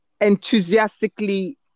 enthusiastically